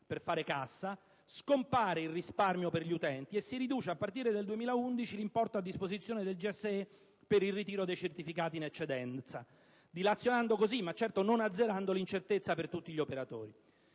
per fare cassa, scompare il risparmio per gli utenti e si riduce, a partire dal 2011, l'importo a disposizione del GSE per il ritiro dei certificati in eccedenza, dilazionando così, ma certo non azzerando, l'incertezza per tutti gli operatori.